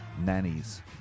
nannies